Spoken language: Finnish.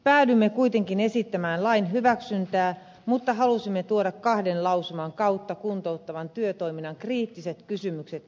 päädyimme kuitenkin esittämään lain hyväksyntää mutta halusimme tuoda kahden lausuman kautta kuntouttavan työtoiminnan kriittiset kysymykset esille